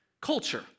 culture